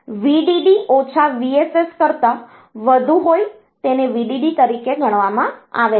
3 કરતાં વધુ હોય તેને VDD તરીકે ગણવામાં આવે છે